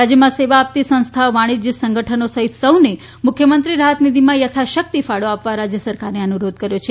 રાજયમાં સેવા આપત્તી સંસ્થાઓ વાણિજય સંગઠનો સહિત સૌને મુખ્યમંત્રી રાહત નીધીમાં યથાશકિત ફાળો આપ્વા રાજય સરકારે અનુરોધ કર્યો છે